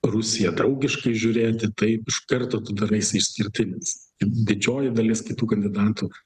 rusiją draugiškai žiūrėti taip iš karto tu daraisi išskirtinis didžioji dalis kitų kandidatų